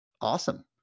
Awesome